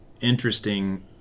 interesting